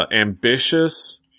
ambitious